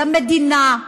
למדינה,